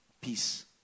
peace